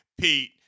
Pete